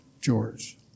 George